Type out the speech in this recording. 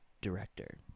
director